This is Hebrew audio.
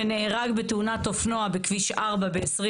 שנהרג בתאונת אופנוע בכביש 4 ב-2021.